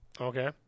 Okay